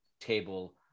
table